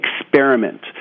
experiment